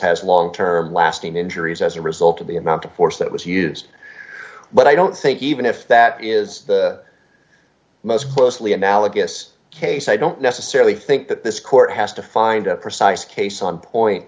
has long term lasting injuries as a result of the amount of force that was used but i don't think even if that is most closely analogous case i don't necessarily think that this court has to find a precise case on point